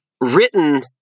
written